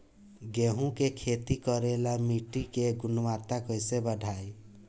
गेहूं के खेती करेला मिट्टी के गुणवत्ता कैसे बढ़ाई?